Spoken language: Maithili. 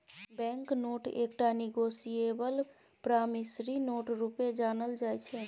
बैंक नोट एकटा निगोसिएबल प्रामिसरी नोट रुपे जानल जाइ छै